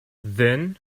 then